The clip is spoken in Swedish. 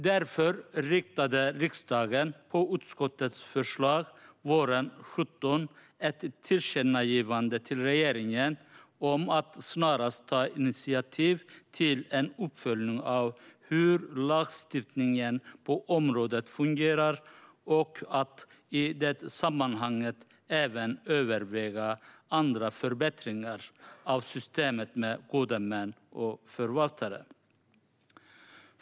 Därför riktade riksdagen, på utskottets förslag, våren 2017 ett tillkännagivande till regeringen om att snarast ta initiativ till en uppföljning av hur lagstiftningen på området fungerar och att i det sammanhanget även överväga andra förbättringar av systemet med gode män och förvaltare.